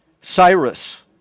Cyrus